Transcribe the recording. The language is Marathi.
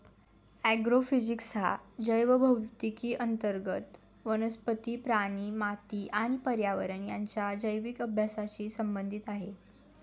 ॲग्रोफिजिक्स हा जैवभौतिकी अंतर्गत वनस्पती, प्राणी, माती आणि पर्यावरण यांच्या जैविक अभ्यासाशी संबंधित आहे